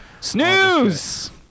Snooze